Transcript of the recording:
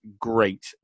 great